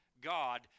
God